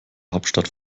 hauptstadt